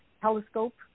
telescope